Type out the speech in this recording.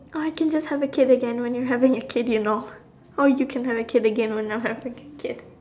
oh I can just have a kid again when you are having a kid you know or you can have a kid again when I am having a kid